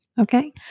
Okay